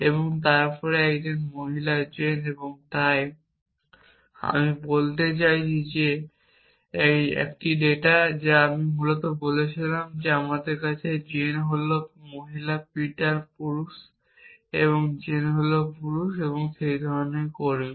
এবং তারপরে একজন মহিলা জেন এবং তাই আমি বলতে চাইছি যে একটি ডেটা যা আমি মূলত বলেছিলাম যে আমাদের কাছে জেন হল মহিলা পিটার পুরুষ এবং জেন হল পুরুষ এবং সেই ধরণের কর্মী